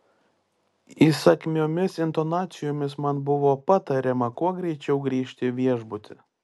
įsakmiomis intonacijomis man buvo patariama kuo greičiau grįžti į viešbutį